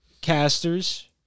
casters